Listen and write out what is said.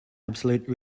absolute